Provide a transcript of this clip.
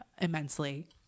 immensely